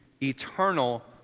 eternal